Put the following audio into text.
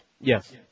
Yes